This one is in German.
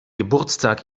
geburtstag